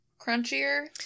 crunchier